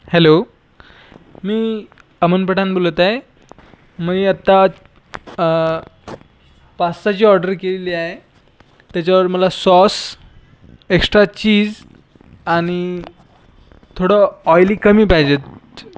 hello मी अमन पठान बोलत आहे मी आत्ता पास्ताची ऑर्डर केलेली आहे त्याच्यावर मला सॉस एक्स्ट्रा चीज आणि थोडं ऑईली कमी पाहिजे